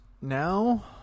Now